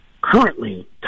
currently